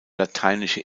lateinische